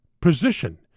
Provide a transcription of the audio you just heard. position